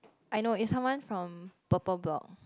I know is someone from purple block